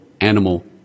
animal